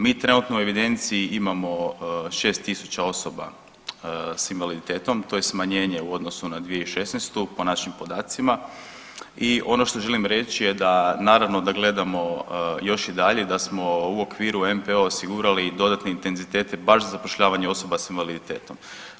Mi trenutno u evidenciji imamo 6.000 osoba s invaliditetom, to je smanjenje u odnosu na 2016.po našim podacima i ono što želim reći je da naravno da gledamo još i dalje i da smo u okviru NPO-a osigurali i dodatne intenzitete baš za zapošljavanje osoba s invaliditetom.